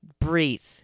Breathe